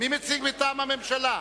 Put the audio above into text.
מטעם הממשלה?